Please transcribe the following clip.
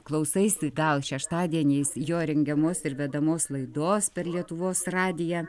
klausaisi tau šeštadieniais jo rengiamos ir vedamos laidos per lietuvos radiją